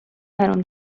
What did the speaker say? برام